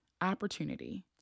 opportunity